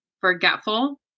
forgetful